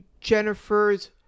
Jennifer's